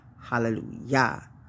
Hallelujah